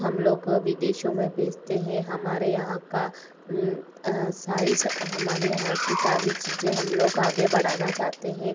हमलोग विदेशों में भेजते हैं हमारे यहाँ का सारी हमारे यहाँ की सारी चीज़ें हमलोग आगे बढ़ाना चाहते हैं